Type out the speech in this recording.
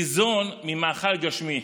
ניזון ממאכל גשמי.